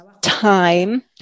time